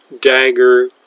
dagger